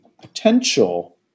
potential